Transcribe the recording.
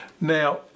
now